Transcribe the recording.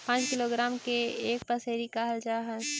पांच किलोग्राम के एक पसेरी कहल जा हई